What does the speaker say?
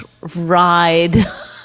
ride